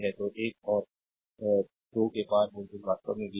तो एक और 2 के पार वोल्टेज वास्तव में v है